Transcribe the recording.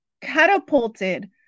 catapulted